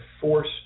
force